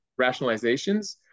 rationalizations